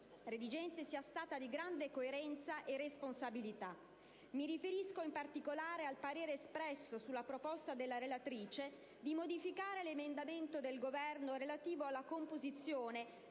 redigente sia stata di grande coerenza e responsabilità. Mi riferisco, in particolare, al parere espresso sulla proposta della relatrice di modificare l'emendamento del Governo relativo alla composizione